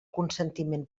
consentiment